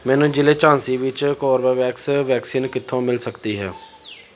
ਮੈਨੂੰ ਜ਼ਿਲ੍ਹੇ ਝਾਂਸੀ ਵਿੱਚ ਕੋਰਬੇਵੈਕਸ ਵੈਕਸੀਨ ਕਿੱਥੋਂ ਮਿਲ ਸਕਦੀ ਹੈ